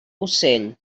ocell